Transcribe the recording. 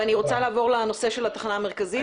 ואני רוצה לעבור לנושא של התחנה המרכזית.